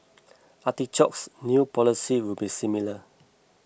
Artichoke's new policy will be similar